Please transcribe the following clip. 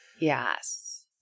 Yes